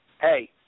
hey